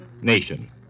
nation